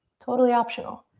totally optional.